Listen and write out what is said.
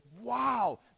wow